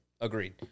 Agreed